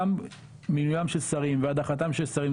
גם מינויים של שרים והדחתם של שרים,